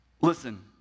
Listen